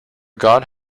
god